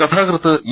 കഥാകൃത്ത് ഇ